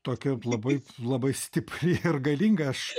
tokia labai labai stipri ir galinga aš